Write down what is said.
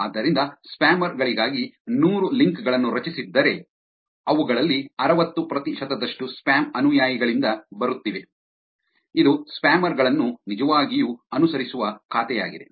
ಆದ್ದರಿಂದ ಸ್ಪ್ಯಾಮರ್ ಗಳಿಗಾಗಿ ನೂರು ಲಿಂಕ್ ಗಳನ್ನು ರಚಿಸಿದ್ದರೆ ಅವುಗಳಲ್ಲಿ ಅರವತ್ತು ಪ್ರತಿಶತದಷ್ಟು ಸ್ಪ್ಯಾಮ್ ಅನುಯಾಯಿಗಳಿಂದ ಬರುತ್ತಿವೆ ಇದು ಸ್ಪ್ಯಾಮರ್ ಗಳನ್ನು ನಿಜವಾಗಿಯೂ ಅನುಸರಿಸುವ ಖಾತೆಯಾಗಿದೆ